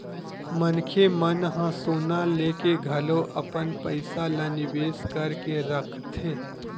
मनखे मन ह सोना लेके घलो अपन पइसा ल निवेस करके रखथे